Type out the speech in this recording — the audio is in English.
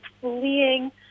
fleeing